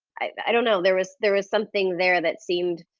i don't know, there was there was something there that seemed